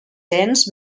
cents